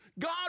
God